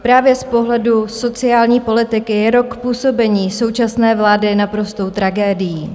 Právě z pohledu sociální politiky je rok působení současné vlády naprostou tragédií.